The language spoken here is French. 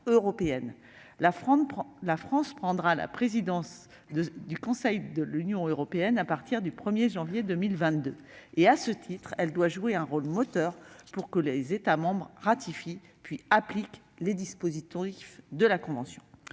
La France prendra la présidence du Conseil de l'Union européenne à partir du 1 janvier 2022. À ce titre, elle doit jouer un rôle moteur pour que les États membres ratifient, puis appliquent les dispositions de cette convention.